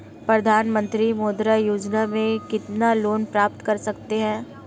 प्रधानमंत्री मुद्रा योजना में कितना लोंन प्राप्त कर सकते हैं?